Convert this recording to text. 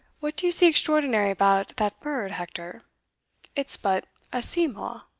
what do you see extraordinary about that bird, hector it's but a seamaw.